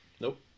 Nope